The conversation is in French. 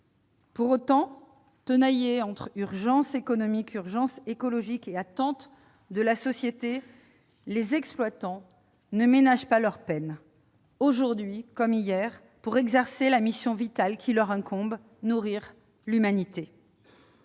Pour autant, tenaillés entre urgence économique, urgence écologique et attentes de la société, les exploitants ne ménagent pas leur peine, aujourd'hui comme hier, pour exercer la mission vitale qui leur incombe : nourrir l'humanité